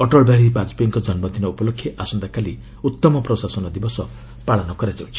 ଅଟଳ ବିହାରୀ ବାଜପେୟୀଙ୍କ ଜନ୍ମଦିନ ଉପଲକ୍ଷେ ଆସନ୍ତାକାଲି ଉତ୍ତମ ପ୍ରଶାସନ ଦିବସ ପାଳନ କରାଯିବ